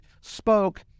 spoke